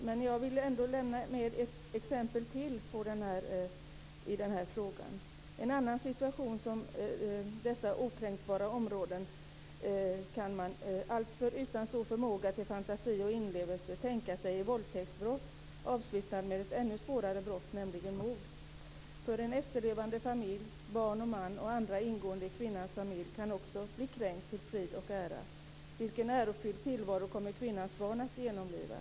Fru talman! Det låter ju vackert. Men jag vill ändå lämna med ett exempel till i den här frågan. En annan situation som rör dessa okränkbara områden kan man utan alltför stor förmåga till fantasi och inlevelse tänka sig är våldtäktsbrott avslutat med ett ännu svårare brott, nämligen mord. En efterlevande familj, barn, man och andra ingående i kvinnans familj, kan också bli kränkt till frid och ära. Vilken ärofylld tillvaro kommer kvinnans barn att genomleva?